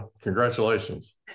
congratulations